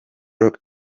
rock